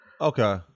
Okay